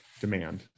demand